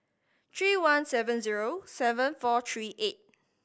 three one seven zero seven four three eight